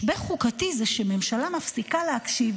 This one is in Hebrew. משבר חוקתי זה שממשלה מפסיקה להקשיב,